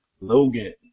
Logan